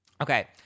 Okay